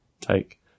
take